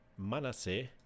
Manase